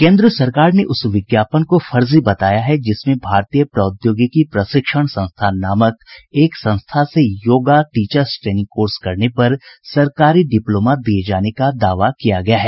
केन्द्र सरकार ने उस विज्ञापन को फर्जी बताया है जिसमें भारतीय प्रौद्योगिकी प्रशिक्षण संस्थान नामक एक संस्था से योगा टीचर्स ट्रेनिंग कोर्स करने पर सरकारी डिप्लोमा दिये जाने का दावा किया गया है